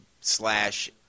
slash